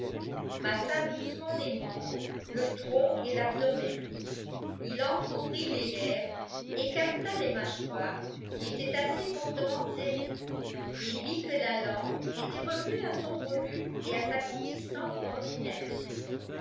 il massa doucement les membres le tronc et l'abdomen il entr'ouvrit les lèvres écarta les mâchoires qui étaient assez fortement serrées et vit que la langue était revenue à son volume et à sa consistance ordinaires